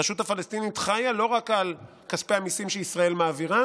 הרשות הפלסטינית חיה לא רק על כספי המיסים שישראל מעבירה